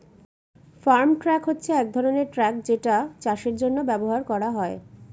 farm truck হচ্ছে এক ধরনের ট্র্যাক যেটা চাষের জন্য ব্যবহার করা হয়